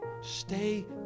Stay